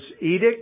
edict